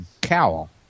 cowl